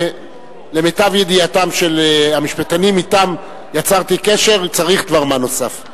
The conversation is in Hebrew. למיטב ידיעתם של המשפטנים שאתם יצרתי קשר צריך דבר מה נוסף.